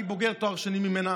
אני בוגר תואר שני ממנה,